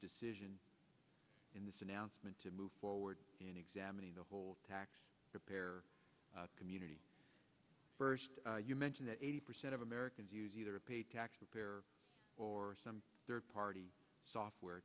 decision in this announcement to move forward in examining the whole tax preparer community first you mentioned that eighty percent of americans use either a paid tax repair or some third party software